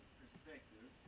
perspective